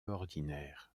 ordinaires